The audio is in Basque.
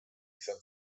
izan